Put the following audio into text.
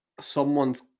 someone's